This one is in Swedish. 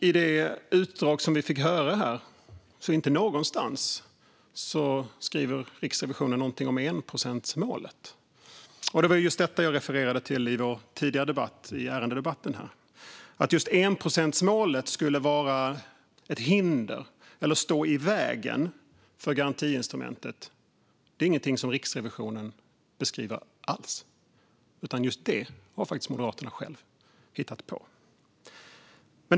Inte heller skriver Riksrevisionen någonstans i det utdrag vi fick höra här någonting om enprocentsmålet, och det var det jag refererade till i vår tidigare diskussion i ärendedebatten: Att enprocentsmålet skulle vara ett hinder eller stå i vägen för garantiinstrumentet är ingenting som Riksrevisionen beskriver alls, utan just det har Moderaterna faktiskt hittat på själva.